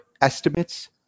estimates